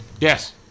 Yes